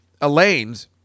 Elaine's